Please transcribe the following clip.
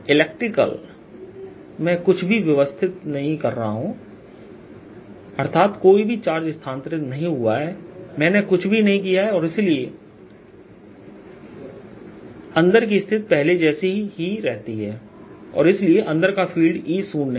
electrical मैं कुछ भी अवस्थित नहीं कर रहा हूं अर्थात कोई भी चार्ज स्थानांतरित नहीं हुआ है मैंने कुछ भी नहीं किया है और इसलिए अंदर की स्थिति पहले जैसी ही रहती है और इसीलिए अंदर का फ़ील्ड E शून्य है